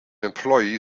employee